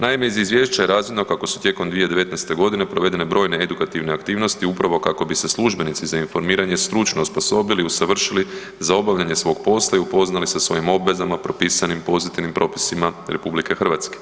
Naime, iz izvješća je razvidno kako su tijekom 2019.g. provedene brojne edukativne aktivnosti upravo kako bi se službenici za informiranje stručno osposobili i usavršili za obavljanje svog posla i upoznali sa svojim obvezama propisanim pozitivnim propisima RH.